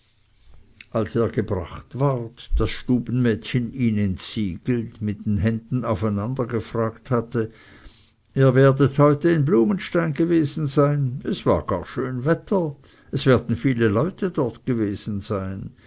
als er gebracht ward das stubenmädchen ihn entsiegelt mit den händen aufeinander gefragt hatte ihr werdet heute in blumenstein gewesen sein es war gar schön wetter es werden viele leute dort gewesen sein